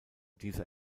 dieser